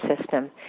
system